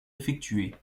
effectué